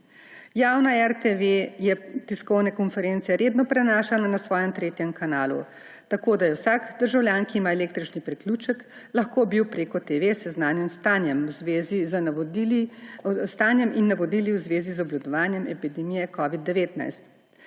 Javna RTV je tiskovne konference redno prenašala na svojem tretjem kanalu, tako da je vsak državljan, ki ima električni priključek, lahko bil prek TV seznanjen s stanjem in navodili v zvezi z obvladovanjem epidemije covida-19.